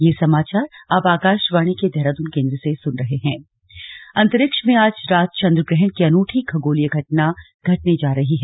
slug चंद्र ग्रहण अंतरिक्ष में आज रात चंद्र ग्रहण की अनूठी खगोलीय घटना घटने जा रही है